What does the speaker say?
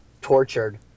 tortured